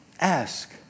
Ask